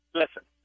listen